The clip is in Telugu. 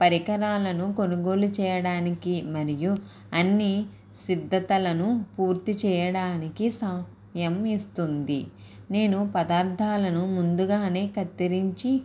పరికరాలను కొనుగోలు చేయడానికి మరియు అన్నీ సిద్ధతలను పూర్తి చేయడానికి సమయం ఇస్తుంది నేను పదార్థాలను ముందుగానే కత్తిరించి